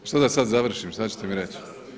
Šta da sada završim, šta ćete mi reć?